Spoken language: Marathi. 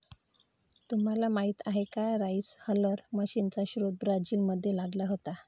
तुम्हाला माहीत आहे का राइस हलर मशीनचा शोध ब्राझील मध्ये लागला होता